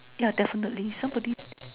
yeah definitely somebody